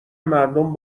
مردم